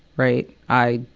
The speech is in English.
right? i,